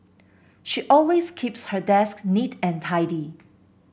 she always keeps her desk neat and tidy